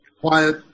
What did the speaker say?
quiet